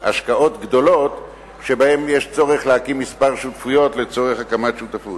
בהשקעות גדולות שבהן יש צורך להקים מספר שותפויות לצורך הקמת שותפות.